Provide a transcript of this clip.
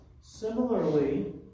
Similarly